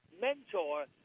mentor